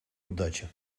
удачи